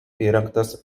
įrengtas